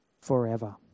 forever